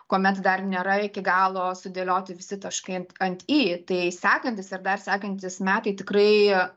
kuomet dar nėra iki galo sudėlioti visi taškai ant ant į tai sekantys ir dar sekantys metai tikrai